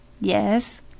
yes